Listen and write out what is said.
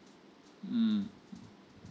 mm